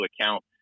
account